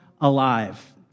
alive